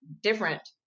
different